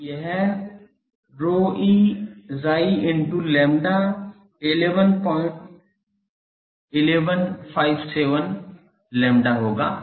तो यह ρe psi into lambda 111157 lambda होगा